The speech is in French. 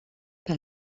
par